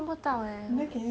I can